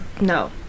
No